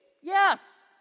yes